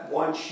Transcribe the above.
one